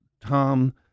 Tom